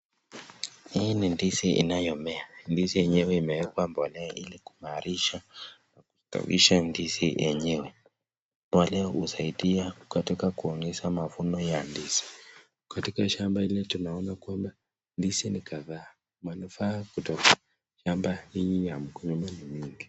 hii ni ndizi inayomea, ndizi yenyewe imewekwa mbolea ili kuimarisha kabisa ndizi yenyewe. Mbolea inasaidia katika kuongeza mavuno ya ndizi. Katika shamba hili tunaona kwamba ndizi ni kadhaa. Manufaa kutokana na shamba hii ya mgomba mingi.